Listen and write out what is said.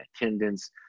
attendance